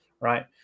right